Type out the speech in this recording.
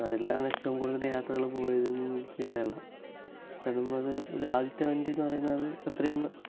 അതിലാണ് ഏറ്റവും കൂടുതൽ യാത്രകൾ പോയതും ചെയ്തതുമെല്ലാം ശരിക്കും പറഞ്ഞാൽ ആദ്യത്തെ വണ്ടി എന്ന് പറയുന്നത് അത്രയും